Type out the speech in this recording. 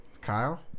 Kyle